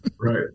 right